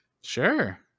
Sure